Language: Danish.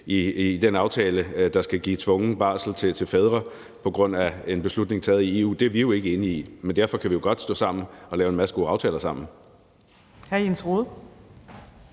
i den aftale, der skal give tvungen barsel til fædre på grund af en beslutning taget i EU. Det er vi jo ikke enige i, men derfor kan vi godt stå sammen og lave en masse gode aftaler sammen.